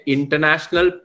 International